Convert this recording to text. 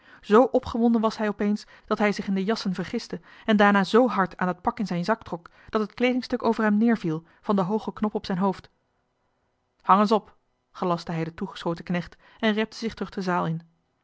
opgewonden was hij opeens dat hij zich in de jassen vergiste en daarna z hard aan dat pak in zijn zak trok dat het kleedingstuk over hem neerviel van den hoogen knop op zijn hoofd hang eens op gelastte hij den toegeschoten knecht en repte zich terug de zaal in